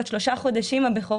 בת שלושה חודשים,